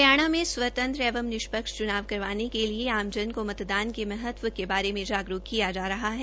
हरियाणा में स्वतंत्र एवं निष्पक्ष चुनाव करवाने के लिए आमजन को मतदान के महत्व के बारे जागरूक किया जा रहा है